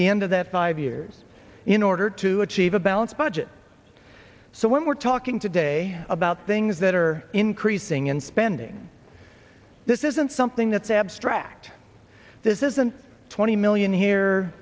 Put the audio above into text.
the end of that five years in order to achieve a balanced budget so when we're talking today about things that are increasing in spending this isn't something that's abstract this isn't twenty million here